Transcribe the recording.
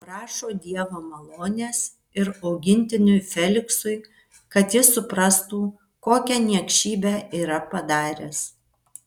prašo dievo malonės ir augintiniui feliksui kad jis suprastų kokią niekšybę yra padaręs